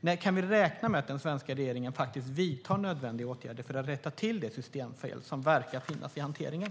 När kan vi räkna med att den svenska regeringen vidtar nödvändiga åtgärder för att rätta till det systemfel som verkar finnas i hanteringen?